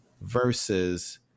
versus